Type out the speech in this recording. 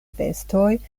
vestoj